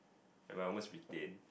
when I almost retain